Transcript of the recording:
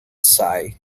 sighed